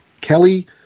Kelly